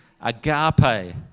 Agape